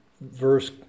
verse